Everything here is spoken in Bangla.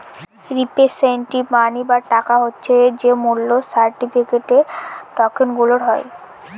রিপ্রেসেন্টেটিভ মানি বা টাকা হচ্ছে যে মূল্য সার্টিফিকেট, টকেনগুলার হয়